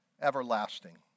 everlasting